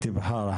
שהיא תבחר.